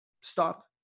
stop